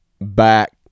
back